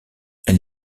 elle